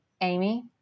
Amy